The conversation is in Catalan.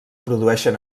produeixen